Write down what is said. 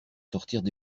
sortirent